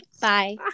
bye